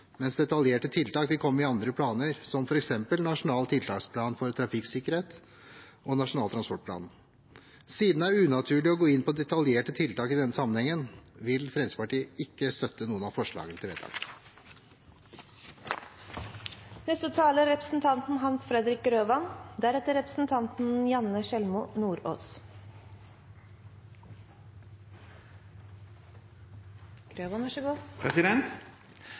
mens detaljerte tiltak vil komme i andre planer, som f.eks. Nasjonal tiltaksplan for trafikksikkerhet og Nasjonal transportplan. Siden det er unaturlig å gå inn på detaljerte tiltak i denne sammenhengen, vil Fremskrittspartiet ikke støtte noen av forslagene til vedtak. For Kristelig Folkeparti er